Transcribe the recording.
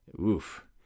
Oof